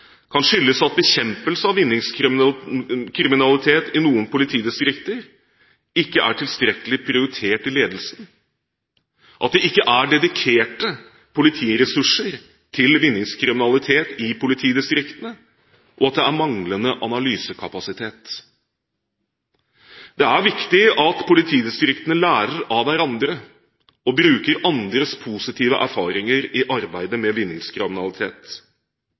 kan skyldes at bekjempelse av vinningskriminalitet i noen politidistrikter ikke er tilstrekkelig prioritert i ledelsen, at det ikke er dedikerte politiressurser til vinningskriminalitet i politidistriktene, og at det er manglende analysekapasitet. Det er viktig at politidistriktene lærer av hverandre og bruker andres positive erfaringer i arbeidet med vinningskriminalitet.